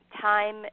time